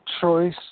Choice